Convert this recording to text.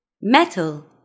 metal